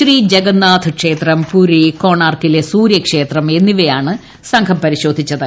ശ്രീജഗന്നാഥ് ക്ഷേത്രം പുരി കൊണാർക്കിലെ് സൂര്യക്ഷേത്രം എന്നിവയാണ് സംഘം പരിശോധിച്ചത്